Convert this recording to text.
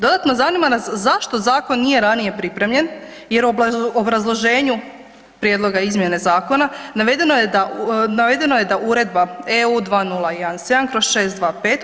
Dodatno, zanima nas zašto zakon nije ranije pripremljen jer u obrazloženju prijedloga izmjene zakona navedeno je da, navedeno je da Uredba EU 2017/